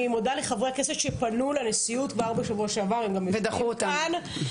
אני מודה לחברי הכנסת שפנו לנשיאות כבר בשבוע שעבר --- ודחו אותם.